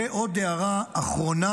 ועוד הערה אחרונה: